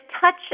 touch